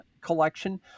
collection